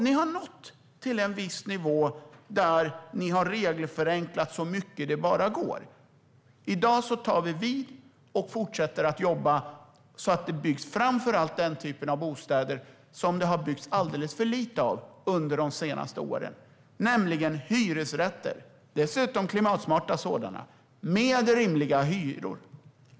Ni har regelförenklat så mycket det bara går och nått till en viss nivå. Nu har vi tagit vid och fortsätter att jobba så att det framför allt byggs den typ av bostäder som det har byggts alldeles för lite av under de senaste åren, nämligen hyresrätter. Det handlar dessutom om klimatsmarta sådana med rimliga hyror.